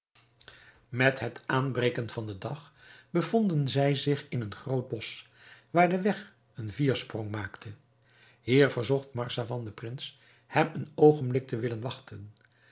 met het aanbreken van den dag bevonden zij zich in een groot bosch waar de weg een viersprong maakte hier verzocht marzavan den prins hem een oogenblik te willen wachten